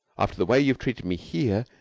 after the way you have treated me here,